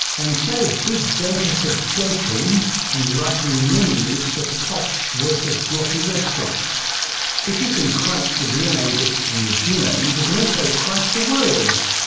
and so big data for dating and writing menus for posh versus grotty restaurants if you can crunch the dna bits in the genomes, you can also crunch the words.